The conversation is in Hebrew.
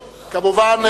כמובן,